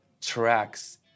tracks